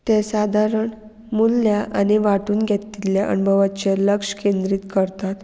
तें सादारण मुल्यां आनी वांटून घेतिल्ल्या अणभवाचें लक्ष केंद्रीत करतात